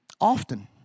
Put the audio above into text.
often